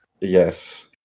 Yes